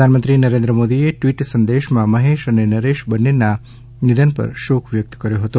પ્રધાનમંત્રી નરેન્દ્ર મોદીએ ટવીટ સંદેશમાં મહેશ અને નરેશ બંનેના નિધન પર શોક વ્યકત કર્યો હતો